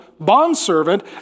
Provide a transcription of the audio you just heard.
bondservant